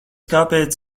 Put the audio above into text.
kāpēc